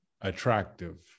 attractive